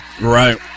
Right